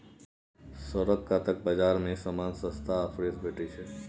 सड़क कातक बजार मे समान सस्ता आ फ्रेश भेटैत छै